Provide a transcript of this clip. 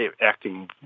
acting